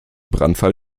brandfall